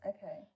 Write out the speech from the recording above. Okay